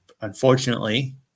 unfortunately